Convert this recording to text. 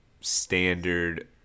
standard